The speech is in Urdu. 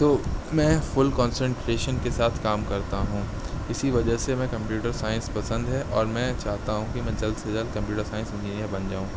تو میں فل کنسینٹریشن کے ساتھ کام کرتا ہوں اسی وجہ سے میں کمپیوٹر سائنس پسند ہے اور میں چاہتا ہوں کہ میں جلد سے جلد كمپیوٹر سائنس انجینئر بن جاؤں